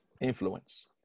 Influence